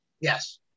Yes